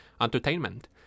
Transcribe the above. entertainment